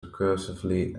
recursively